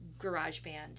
GarageBand